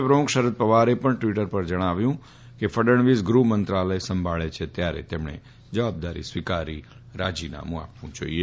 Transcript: ના પ્રમુખ શરદ પવારે ટ્વીટર પર જણાવ્યું કે ફડણવીસ ગૃફમંત્રાલય પણ ધરાવે છે ત્યારે તેમણે જવાબદારી સ્વીકારી રાજીનામું આપવું જાઈએ